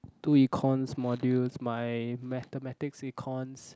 two econs modules my mathematics econs